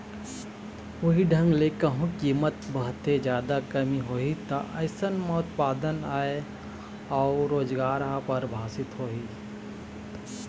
उहीं ढंग ले कहूँ कीमत म बहुते जादा कमी होही ता अइसन म उत्पादन, आय अउ रोजगार ह परभाबित होही